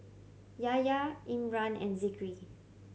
Yahya Imran and Zikri